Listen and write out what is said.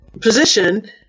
position